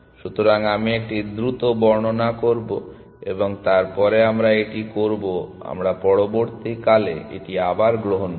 সুতরাং আমি একটি দ্রুত বর্ণনা করব এবং তারপরে আমরা এটি করব আমরা পরবর্তী কলে এটি আবার গ্রহণ করব